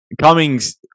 Cummings